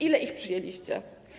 Ile ich przyjęliście?